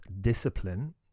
Discipline